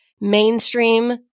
mainstream